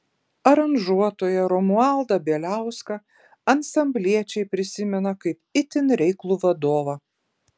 aranžuotoją romualdą bieliauską ansambliečiai prisimena kaip itin reiklų vadovą